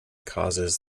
causes